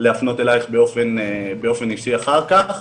להפנות אלייך באופן אישי אחר כך,